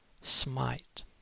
smite